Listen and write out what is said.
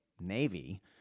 Navy –